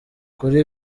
kuri